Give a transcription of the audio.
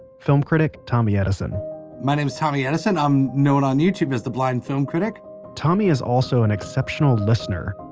film critic tommy edison my name is tommy edison, i'm known on youtube as the blind film critic tommy is also an exceptional listener.